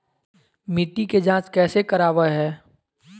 मिट्टी के जांच कैसे करावय है?